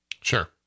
sure